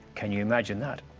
can you imagine that?